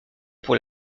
pour